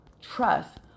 trust